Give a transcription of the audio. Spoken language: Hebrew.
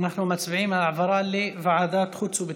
אנחנו מצביעים על העברה לוועדת חוץ וביטחון.